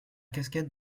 cascade